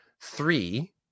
Three